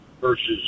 versus